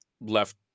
left